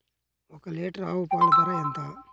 ఒక్క లీటర్ ఆవు పాల ధర ఎంత?